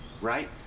right